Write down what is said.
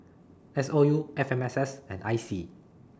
S O U F M S S and I C